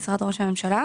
משרד ראש הממשלה.